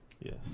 Yes